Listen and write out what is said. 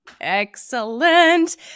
Excellent